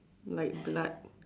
like blood